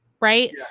right